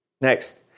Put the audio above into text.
Next